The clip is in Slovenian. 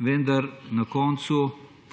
vendar na koncu